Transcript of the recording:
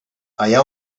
allà